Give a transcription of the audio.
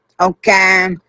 okay